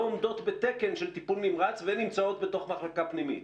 עומדות בתקן של טיפול נמרץ ונמצאות בתוך מחלקה פנימית.